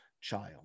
child